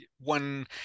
one